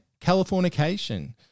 Californication